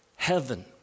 Heaven